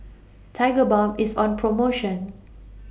Tigerbalm IS on promotion